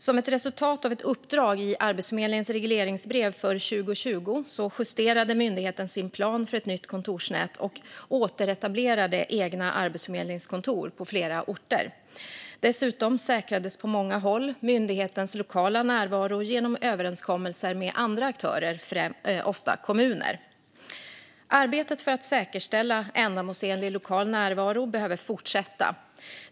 Som ett resultat av ett uppdrag i Arbetsförmedlingens regleringsbrev för 2020 justerade myndigheten sin plan för ett nytt kontorsnät och återetablerade egna arbetsförmedlingskontor på flera orter. Dessutom säkrades på många håll myndighetens lokala närvaro genom överenskommelser med andra aktörer, ofta kommuner. Arbetet för att säkerställa ändamålsenlig lokal närvaro behöver fortsätta.